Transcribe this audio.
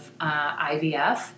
IVF